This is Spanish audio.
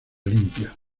limpia